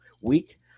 week